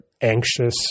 anxious